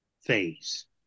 phase